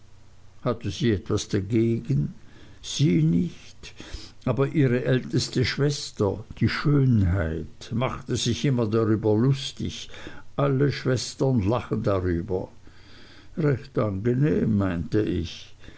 hatte sie etwas dagegen sie nicht aber ihre älteste schwester die schönheit machte sich immer darüber lustig alle schwestern lachen darüber recht angenehm meinte ich